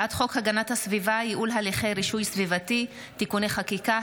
הצעת חוק הגנת הסביבה (ייעול הליכי רישוי סביבתי) (תיקוני חקיקה),